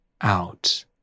out